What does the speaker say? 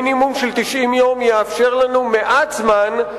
מינימום של 90 יום יאפשר לנו מעט זמן,